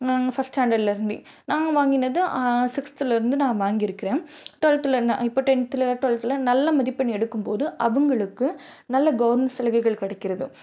நாங்கள் ஃபஸ்ட் ஸ்டாண்டர்ட்லேருந்தே நாங்கள் வாங்கினது சிக்ஸ்த்துலேருந்து நான் வாங்கியிருக்குறேன் டுவெல்த்தில் என்ன இப்போ டென்த்தில் டுவெல்த்தில் நல்ல மதிப்பெண் எடுக்கும்போது அவங்களுக்கு நல்ல கவுர்மெண்ட் சலுகைகள் கிடைக்கிறது